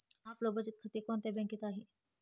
आपलं बचत खातं कोणत्या बँकेत आहे?